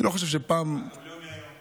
אגב, לא מהיום.